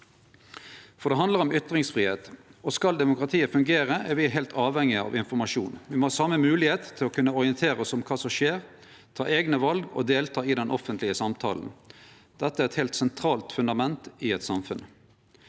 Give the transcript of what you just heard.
Det handlar om ytringsfridom. Skal demokratiet fungere, er me heilt avhengige av informasjon. Me må ha same moglegheit til å kunne orientere oss om kva som skjer, ta eigne val og delta i den offentlege samtalen. Dette er eit heilt sentralt fundament i eit samfunn.